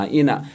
ina